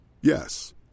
Yes